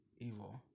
evil